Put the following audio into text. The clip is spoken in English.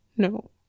No